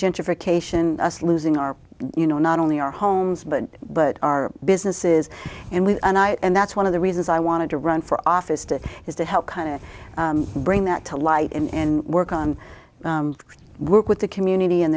gentrification us losing our you know not only our homes but but our businesses and we and i and that's one of the reasons i wanted to run for office to is to help kind of bring that to light and work on work with the community and